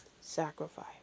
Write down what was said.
sacrifice